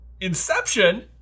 Inception